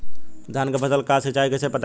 धान के फसल का सिंचाई कैसे करे?